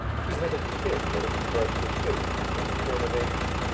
he had a chin that expressed decision and determination,